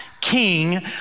king